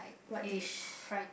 what dish